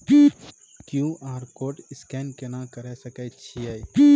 QR code scan केना करै सकय छियै?